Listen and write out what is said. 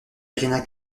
irina